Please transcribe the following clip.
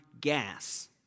gas